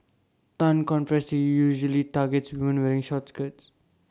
Tan confessed that usually targets women wearing short skirts